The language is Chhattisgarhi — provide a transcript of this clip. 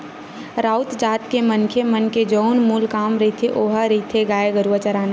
राउत जात के मनखे मन के जउन मूल काम रहिथे ओहा रहिथे गाय गरुवा चराना